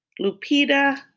Lupita